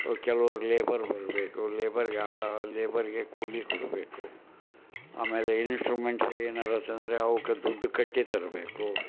ಕೆಲವ್ರು ಲೇಬರ್ ಬರಬೇಕು ಲೇಬರ್ಗೆ ಲೇಬರ್ಗೆ ಕೂಲಿ ಕೊಡಬೇಕು ಆಮೇಲೆ ಇನ್ಸ್ಟ್ರುಮೆಂಟ್ರಿ ಏನಾದ್ರು ತಂದರೆ ಅವಕ್ಕೆ ದುಡ್ಡು ಕಟ್ಟಿ ತರಬೇಕು